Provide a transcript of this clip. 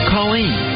Colleen